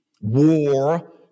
war